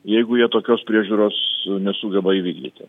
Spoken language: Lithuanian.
jeigu jie tokios priežiūros nesugeba įvykdyti